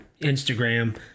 Instagram